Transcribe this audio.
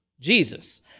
Jesus